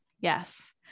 Yes